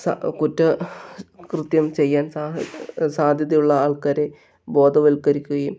സ കുറ്റ കൃത്യം ചെയ്യാൻ സഹായാ സാധ്യതയുള്ള ആൾക്കാരെ ബോധവൽക്കരിക്കുകയും